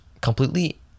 completely